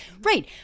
Right